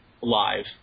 live